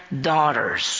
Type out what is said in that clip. daughters